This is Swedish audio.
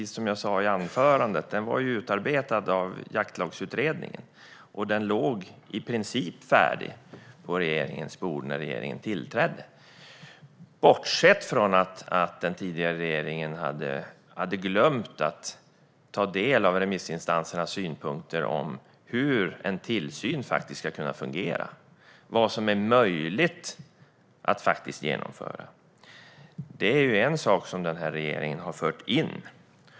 Som jag sa i mitt anförande var den utarbetad av Jaktlagsutredningen och låg i princip färdig på regeringens bord när regeringen tillträdde - bortsett från att den tidigare regeringen hade glömt att ta del av remissinstansernas synpunkter på hur en tillsyn ska kunna fungera och vad som är möjligt att genomföra. Det är en sak som den här regeringen har fört in.